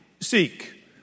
seek